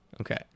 Okay